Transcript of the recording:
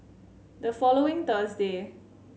the following Thursday